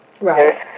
Right